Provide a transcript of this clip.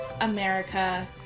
America